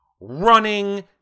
running